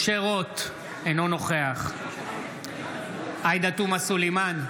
משה רוט, אינו נוכח עאידה תומא סלימאן,